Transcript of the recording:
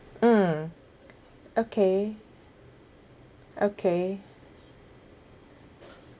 mm okay okay